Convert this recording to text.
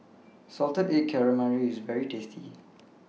Salted Egg Calamari IS very tasty